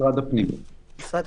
משרד הפנים.